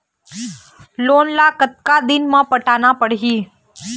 Loan ला कतका दिन मे पटाना पड़ही?